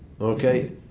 Okay